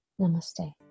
Namaste